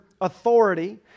authority